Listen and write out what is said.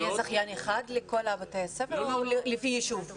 יהיה זכיין אחד לכל בתי הספר או לפי ישוב?